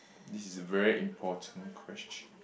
this is a very important question